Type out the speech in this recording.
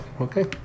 Okay